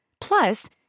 Plus